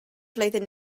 flwyddyn